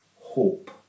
hope